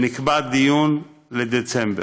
ונקבע דיון לדצמבר,